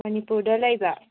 ꯃꯅꯤꯄꯨꯔꯗ ꯂꯩꯕ